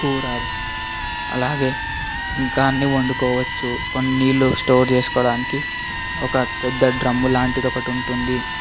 కూర అలాగే ఇంకా అన్నీ వండుకోవచ్చు కొన్ని నీళ్లు స్టోర్ చేసుకోడానికి ఒక పెద్ద డ్రమ్ లాంటిదొకటుంటుంది